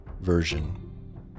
Version